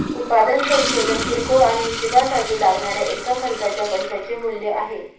उत्पादन संशोधन किरकोळ आणि हीशेबासाठी लागणाऱ्या एका खर्चाच्या पैशाचे मूल्य आहे